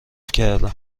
کردم